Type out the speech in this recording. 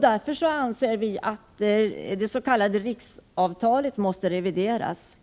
Därför anser vi att det s.k. riksavtalet måste revideras.